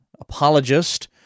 apologist